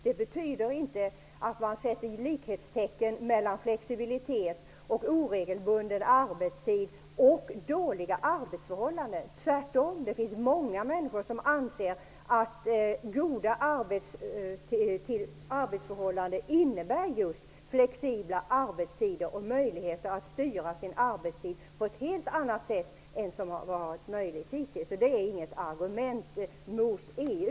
Det betyder inte att man sätter likhetstecken mellan flexibilitet och oregelbunden arbetstid å ena sidan och dåliga arbetsförhållanden å den andra. Tvärtom anser många människor att goda arbetsförhållanden innebär just flexibla arbetstider och möjlighet att styra sin arbetstid på ett helt annat sätt än som varit möjligt hittills. Det är inget argument mot EU.